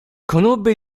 conobbe